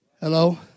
Hello